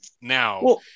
now